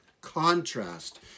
contrast